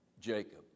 Jacob